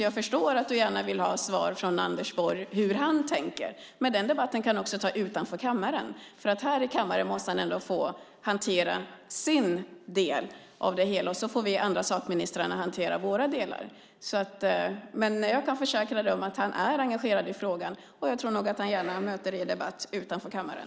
Jag förstår att Carina Hägg gärna vill ha svar från Anders Borg om hur han tänker, men den debatten kan också föras utanför kammaren. Här i kammaren måste han få hantera sin del av det hela, och sedan får sakministrarna hantera sina delar. Jag kan försäkra att han är engagerad i frågan, och jag tror nog att han gärna möter Carina Hägg i en debatt utanför kammaren.